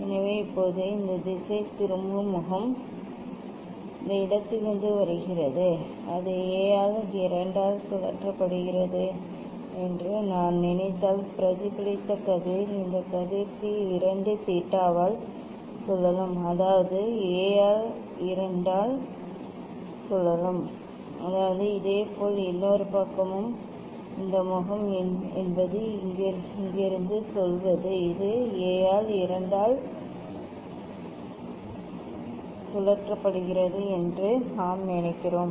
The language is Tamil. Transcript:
எனவே இப்போது இந்த திசைதிருப்பும் முகம் இந்த இடத்திலிருந்து வருகிறது அது A ஆல் 2 ஆல் சுழற்றப்படுகிறது என்று நான் நினைத்தால் பிரதிபலித்த கதிர் இந்த கதிர் 2 தீட்டாவால் சுழலும் அதாவது A ஆல் 2 ஆல் 2 ஆல் சுழலும் அதாவது இதேபோல் இன்னொரு பக்கமும் இந்த முகம் என்பது இங்கிருந்து சொல்வது இது A ஆல் 2 ஆல் சுழற்றப்படுகிறது என்று நாம் நினைக்கலாம்